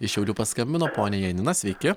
iš šiaulių paskambino ponia janina sveiki